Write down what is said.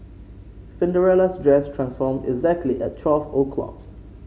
Cinderella's dress transformed exactly at twelve o'clock